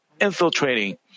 infiltrating